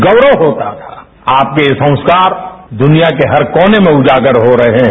गौरव हो आपके ये संस्कार दुनिया के हर कोने में उजागर हो रहे हैं